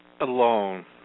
alone